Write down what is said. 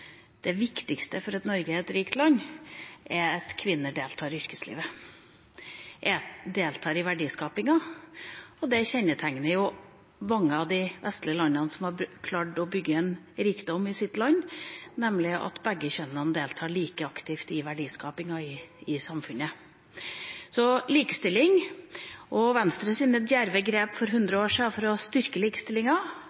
viktigste grunnen til at Norge er et rikt land, er at kvinner deltar i yrkeslivet, deltar i verdiskapingen, og det kjennetegner mange av de vestlige landene som har klart å bygge en rikdom i sitt land, nemlig at begge kjønn deltar like aktivt i verdiskapingen i samfunnet. Så likestilling – og Venstres djerve grep for